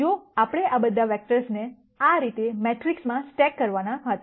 જો આપણે આ બધા વેક્ટર્સને આ રીતે મેટ્રિક્સમાં સ્ટેક કરવાના હતા